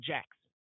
Jackson